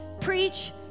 preach